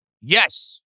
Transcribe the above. yes